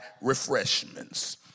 refreshments